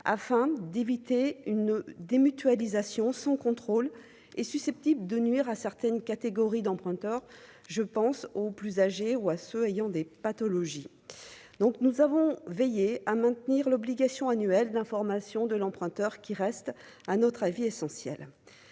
afin d'éviter une démutualisation son contrôle et susceptible de nuire à certaines catégories d'emprunteurs, je pense aux plus âgés, ou à ceux ayant des pathologies, donc nous avons veillé à maintenir l'obligation annuelle d'information de l'emprunteur qui reste un autre avis essentiel